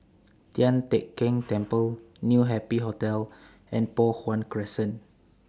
Tian Teck Keng Temple New Happy Hotel and Poh Huat Crescent